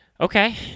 Okay